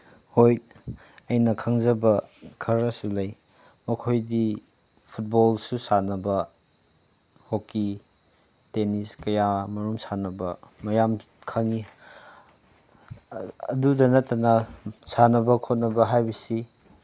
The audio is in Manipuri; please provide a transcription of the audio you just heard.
ꯍꯣꯏ ꯑꯩꯅ ꯈꯪꯖꯕ ꯈꯔꯁꯨ ꯂꯩ ꯑꯩꯈꯣꯏꯗꯤ ꯐꯨꯠꯕꯣꯜꯁꯨ ꯁꯥꯟꯅꯕ ꯍꯣꯛꯀꯤ ꯇꯦꯟꯅꯤꯁ ꯀꯌꯥ ꯑꯃꯔꯣꯝ ꯁꯥꯟꯅꯕ ꯃꯌꯥꯝ ꯈꯪꯉꯤ ꯑꯗꯨꯗ ꯅꯠꯇꯅ ꯁꯥꯟꯅꯕ ꯈꯣꯠꯅꯕ ꯍꯥꯏꯕꯁꯤ